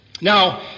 Now